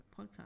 podcast